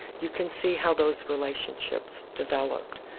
you can see how those relationships developed.